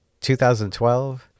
2012